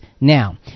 now